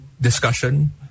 discussion